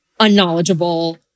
unknowledgeable